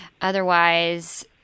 otherwise